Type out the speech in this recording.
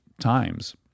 times